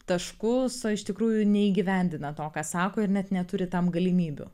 taškus o iš tikrųjų neįgyvendina to ką sako ir net neturi tam galimybių